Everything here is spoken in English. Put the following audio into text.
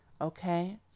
Okay